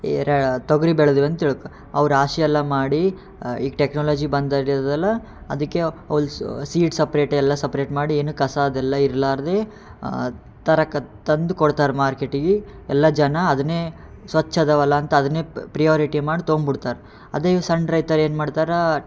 ತೊಗರಿ ಬೆಳ್ದಿವಿ ಅಂತ ತಿಳ್ಕೊ ಅವು ರಾಶಿ ಎಲ್ಲ ಮಾಡಿ ಈಗ ಟೆಕ್ನಾಲಜಿ ಬಂದಡಿಯದಲ್ಲ ಅದಕ್ಕೆ ಸೀಡ್ ಸಪ್ರೇಟ್ ಎಲ್ಲ ಸಪ್ರೇಟ್ ಮಾಡಿ ಏನು ಕಸ ಅದೆಲ್ಲ ಇರಲಾರ್ದೆ ತರಕ್ಕ ತಂದು ಕೊಡ್ತಾರೆ ಮಾರ್ಕೆಟಿಗೆ ಎಲ್ಲ ಜನ ಅದನ್ನೇ ಸ್ವಚ್ಛ ಅದಾವಲ್ಲ ಅಂತ ಅದನ್ನೇ ಪ್ರಿಯೋರಿಟ್ ಮಾಡಿ ತೊಂಬುಡ್ತಾರೆ ಅದೇ ಇವು ಸಣ್ಣ ರೈತರು ಏನು ಮಾಡ್ತಾರೆ